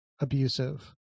abusive